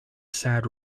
sad